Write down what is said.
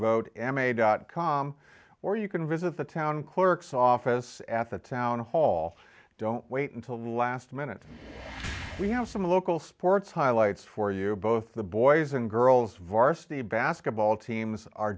vote m a dot com or you can visit the town clerk's office at the town hall don't wait until the last minute we have some local sports highlights for you both the boys and girls varsity basketball teams are